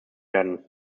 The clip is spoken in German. werden